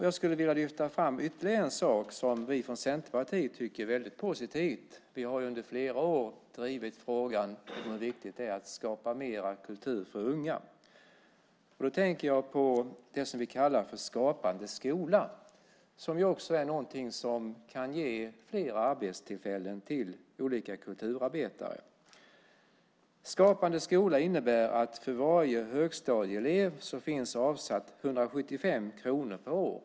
Jag skulle vilja lyfta fram en sak som vi från Centerpartiet tycker är väldigt positivt. Vi har under flera år drivit frågan hur viktigt det är att skapa mer kultur för unga. Jag tänker på det vi kallar för Skapande skola. Det är också någonting som kan ge fler arbetstillfällen till olika kulturarbetare. Skapande skola innebär att det för varje högstadieelev finns avsatt 175 kronor per år.